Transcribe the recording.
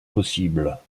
possible